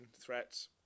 threats